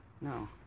No